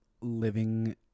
living